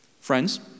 Friends